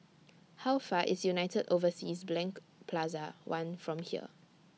How Far away IS United Overseas Bank Plaza one from here